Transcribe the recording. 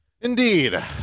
Indeed